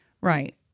Right